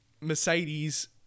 Mercedes